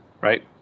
right